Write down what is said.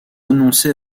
renoncer